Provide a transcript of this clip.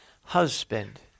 husband